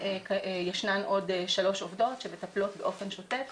וישנן עוד שלוש עובדות שמטפלות באופן שוטף